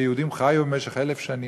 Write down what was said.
שהיהודים חיו בהן במשך אלף שנים.